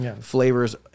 flavors